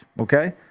okay